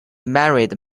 married